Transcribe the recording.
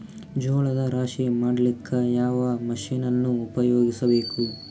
ಜೋಳದ ರಾಶಿ ಮಾಡ್ಲಿಕ್ಕ ಯಾವ ಮಷೀನನ್ನು ಉಪಯೋಗಿಸಬೇಕು?